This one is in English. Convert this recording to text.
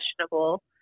questionable